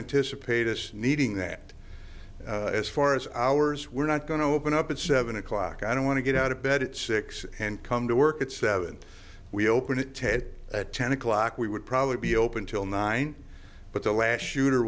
anticipate us needing that as far as ours we're not going to open up at seven o'clock i don't want to get out of bed at six and come to work at seven we open it ted at ten o'clock we would probably be open till nine but the last shooter